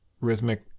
rhythmic